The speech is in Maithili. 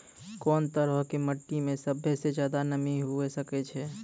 कोन तरहो के मट्टी मे सभ्भे से ज्यादे नमी हुये सकै छै?